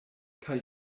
kaj